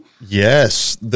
Yes